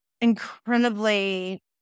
incredibly